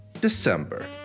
December